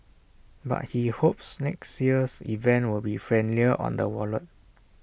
but he hopes next year's event will be friendlier on the wallet